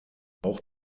auch